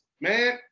man